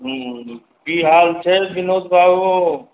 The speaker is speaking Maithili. हुँ की हाल छै विनोद बाबु